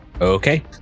Okay